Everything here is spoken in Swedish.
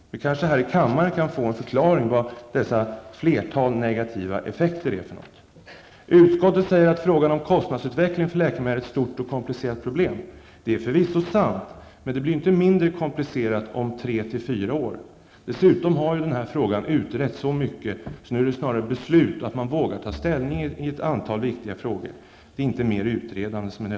Vi kanske här i kammaren kan få en förklaring av vad dessa ''flertal negativa effekter'' är. Utskottet säger att frågan om kostnadsutvecklingen för läkemedel är ett stort och komplicerat problem. Det är förvisso sant, men det blir ju inte mindre komplicerat om 3--4 år. Dessutom har denna fråga utretts så mycket att det nu snarare är beslut som behövs, och att man vågar ta ställning i ett antal viktiga frågor, inte mer utredande.